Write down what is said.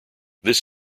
this